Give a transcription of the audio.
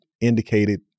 indicated